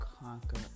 conquer